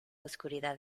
oscuridad